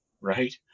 right